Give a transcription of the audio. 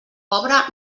obra